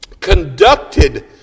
conducted